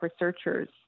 researchers